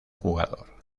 jugador